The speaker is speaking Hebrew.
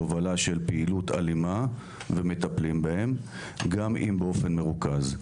להובלה של פעילות אלימה ומטפלים בהם גם אם באופן מרוכז,